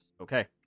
Okay